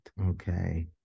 okay